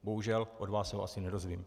Bohužel od vás se ho asi nedozvím.